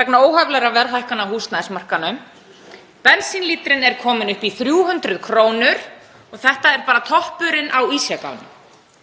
vegna óhóflegra verðhækkana á húsnæðismarkaðnum. Bensínlítrinn er kominn upp í 300 kr. Þetta er bara toppurinn á ísjakanum.